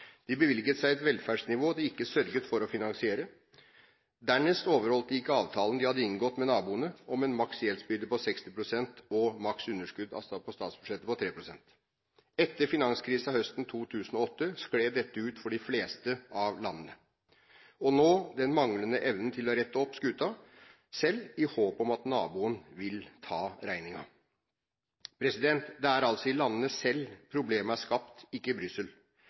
De bevilget seg et velferdsnivå de ikke sørget for å finansiere. Dernest overholdt de ikke avtalen de hadde inngått med naboene, om en maks gjeldsbyrde på 60 pst. av BNP og maks underskudd på statsbudsjettet på 3 pst. Etter finanskrisen høsten 2008 skled dette ut for de fleste av landene, og nå vises den manglende evnen til å rette opp skuta selv, i håp om at naboen ville ta regningen. Det er altså i landene selv problemene er skapt, ikke i Brussel.